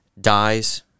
dies